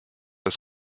des